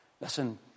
Listen